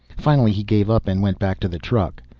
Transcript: finally he gave up and went back to the truck.